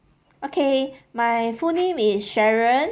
okay my full name is sharon